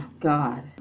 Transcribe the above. God